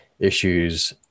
issues